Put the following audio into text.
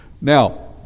Now